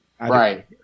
right